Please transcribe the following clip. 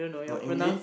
what